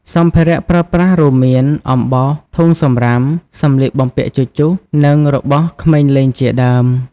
សម្ភារៈប្រើប្រាស រួមមាន អំបោស ធុងសំរាម សម្លៀកបំពាក់ជជុះ និងរបស់ក្មេងលេងជាដើម។